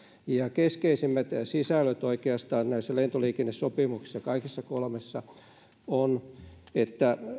keskeisimmät sisällöt oikeastaan näissä lentoliikennesopimuksissa kaikissa kolmessa ovat että